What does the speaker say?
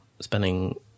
spending